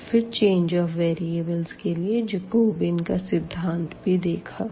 और फिर चरों के बदलाव के लिए जैकोबियन का सिद्धांत भी देखा